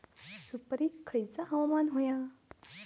सुपरिक खयचा हवामान होया?